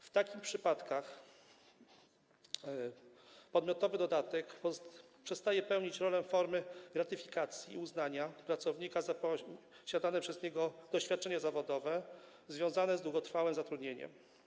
W takich przypadkach przedmiotowy dodatek przestaje być formą gratyfikacji i uznania dla pracownika za posiadane przez niego doświadczenie zawodowe związane z długotrwałym zatrudnieniem.